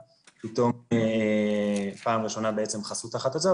פתאום פעם ראשונה בעצם חסו תחת הצו,